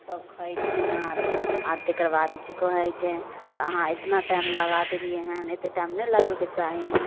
सब खएथिन आर आओर तकरबाद कि कहैके से अहाँ एतना टाइम लगा देलिए हन एतेक टाइम नहि लगबैके चाही